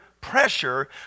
pressure